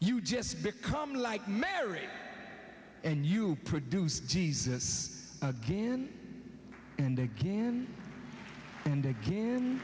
you just become like mary and you produce jesus again and again and again